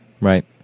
Right